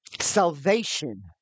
Salvation